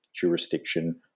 jurisdiction